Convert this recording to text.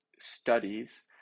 studies